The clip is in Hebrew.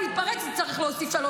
אני נותן לך.